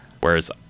whereas